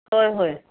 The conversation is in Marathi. होय होय